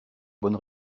bonne